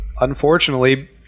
unfortunately